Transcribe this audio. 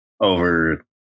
over